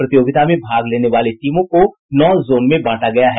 प्रतियोगिता में भाग लेने वाली टीमों को नौ जोन में बांटा गया है